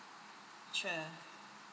sure